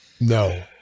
No